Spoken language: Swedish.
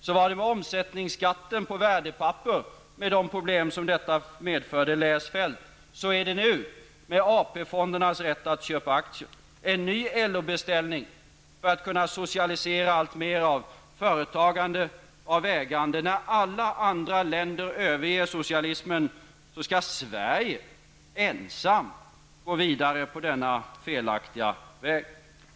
Så var det med omsättningsskatten på värdepapper, med de problem som detta medförde. Läs Feldt! Så är det nu med AP-fondernas rätt att köpa aktier. En ny LO-beställning för att kunna socialisera allt mer av företagande och ägande. När alla andra länder överger socialismen skall Sverige ensamt gå vidare på denna felaktiga väg.